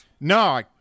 No